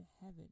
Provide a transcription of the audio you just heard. heaven